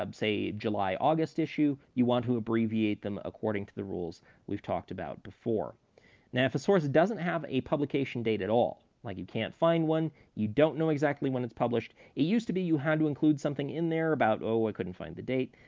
um say, july august issue, you want to abbreviate them according to the rules we've talked about before a source doesn't have a publication date at all, like, you can't find one, you don't know exactly when it's published, it used to be you had to include something in there about, oh, i couldn't find the date.